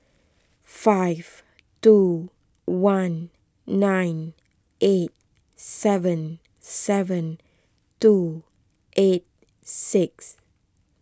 five two one nine eight seven seven two eight six